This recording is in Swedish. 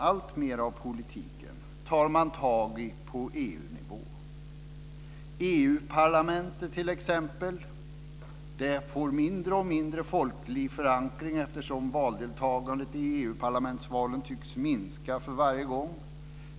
Alltmer av politiken tar man tag i på EU-nivå. EU-parlamentet, t.ex., får mindre och mindre folklig förankring eftersom valdeltagandet i EU-parlamentsvalen tycks minska för varje gång.